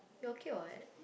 he okay [what]